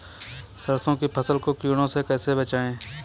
सरसों की फसल को कीड़ों से कैसे बचाएँ?